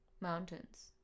Mountains